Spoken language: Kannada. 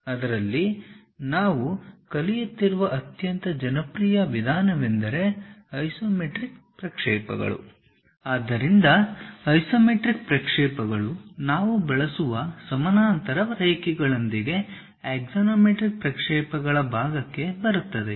ಅದರಲ್ಲಿ ನಾವು ಕಲಿಯುತ್ತಿರುವ ಅತ್ಯಂತ ಜನಪ್ರಿಯ ವಿಧಾನವೆಂದರೆ ಐಸೊಮೆಟ್ರಿಕ್ ಪ್ರಕ್ಷೇಪಗಳು ಆದ್ದರಿಂದ ಐಸೊಮೆಟ್ರಿಕ್ ಪ್ರಕ್ಷೇಪಗಳು ನಾವು ಬಳಸುವ ಸಮಾನಾಂತರ ರೇಖೆಗಳೊಂದಿಗೆ ಆಕ್ಸಾನೊಮೆಟ್ರಿಕ್ ಪ್ರಕ್ಷೇಪಗಳ ಭಾಗಕ್ಕೆ ಬರುತ್ತವೆ